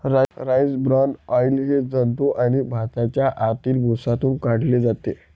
rice bran oil हे जंतू आणि भाताच्या आतील भुसातून काढले जाते